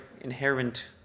inherent